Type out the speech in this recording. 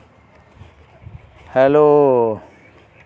hello